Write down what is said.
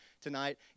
tonight